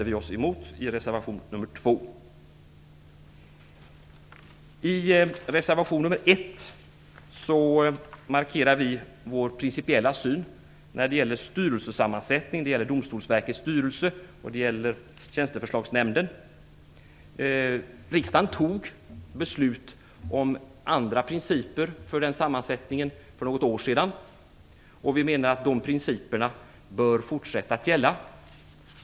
I reservation 1 markerar vi vår principiella syn när det gäller sammansättningen av styrelsen för Domstolsverket och Tjänsteförslagsnämnden. Riksdagen beslöt om andra principer för den sammansättningen för något år sedan. Vi menar att de principerna bör fortsätta att gälla.